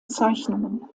zeichnungen